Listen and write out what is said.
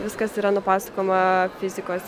viskas yra nupasakojama fizikos